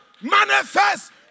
manifest